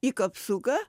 į kapsuką